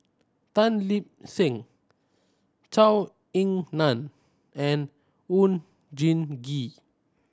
Tan Lip Seng Zhou Ying Nan and Oon Jin Gee